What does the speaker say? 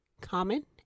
common